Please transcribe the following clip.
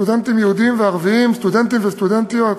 סטודנטים יהודים וערבים, סטודנטים וסטודנטיות,